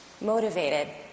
motivated